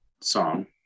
song